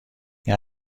این